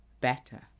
Better